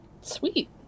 Sweet